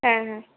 হ্যাঁ হ্যাঁ